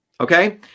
Okay